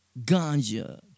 ganja